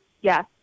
Yes